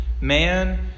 man